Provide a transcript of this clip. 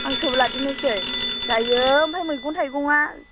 हांसोबो लादेरनोसै जायो ओमफ्राय मैगं थाइगंआ